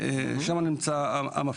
שם נמצא המפתח.